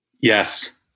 Yes